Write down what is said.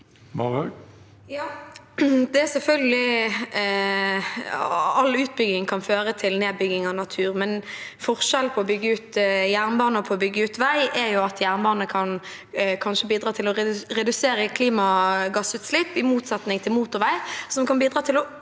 Det er selvfølgelig slik at all utbygging kan føre til nedbygging av natur, men en forskjell på å bygge jernbane og å bygge ut vei er at jernbane kanskje kan bidra til å redusere klimagassutslipp i motsetning til motorvei, som kan bidra til å